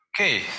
Okay